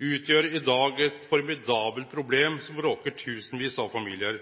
utgjer i dag eit formidabelt problem som råkar tusenvis av familiar.